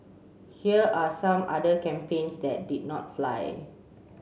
here are some other campaigns that did not fly